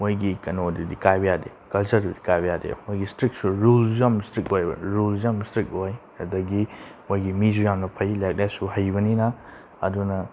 ꯃꯣꯏꯒꯤ ꯀꯩꯅꯣꯗꯗꯤ ꯀꯥꯏꯕ ꯌꯥꯗꯦ ꯀꯜꯆꯔꯗꯨꯗꯤ ꯀꯥꯏꯕ ꯌꯥꯗꯦꯕ ꯃꯣꯏꯒꯤ ꯏꯁꯇ꯭ꯔꯤꯛ ꯔꯨꯜꯁꯨ ꯌꯥꯝ ꯏꯁꯇ꯭ꯔꯤꯛ ꯑꯣꯏ ꯑꯕ ꯔꯨꯜꯁꯨ ꯌꯥꯝ ꯏꯁꯇ꯭ꯔꯤꯛ ꯑꯣꯏ ꯑꯗꯒꯤ ꯃꯣꯏꯒꯤ ꯃꯤꯁꯨ ꯌꯥꯝꯅ ꯐꯩ ꯂꯥꯏꯔꯤꯛ ꯂꯥꯏꯁꯨ ꯍꯩꯕꯅꯤꯅ ꯑꯗꯨꯅ